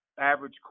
average